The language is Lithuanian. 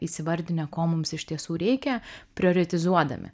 įsivardinę ko mums iš tiesų reikia prioritizuodami